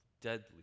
deadly